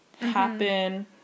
happen